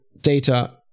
data